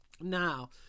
Now